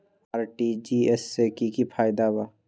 RTGS से की की फायदा बा?